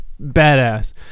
badass